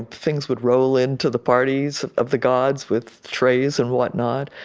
and things would roll into the parties of the gods with trays and whatnot,